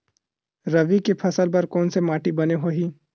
रबी के फसल बर कोन से माटी बने होही?